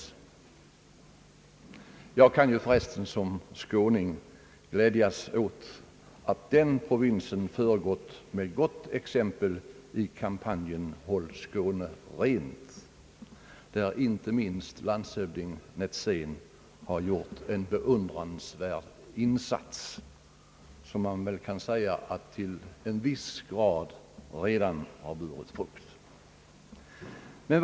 Som skåning kan jag förresten glädjas åt att min hemprovins föregått med gott exempel i kampanjen »Håll Skåne rent!», där inte minst landshövding Netzén har gjort en beundransvärd insats, och som man väl kan säga till en viss grad redan har burit frukt.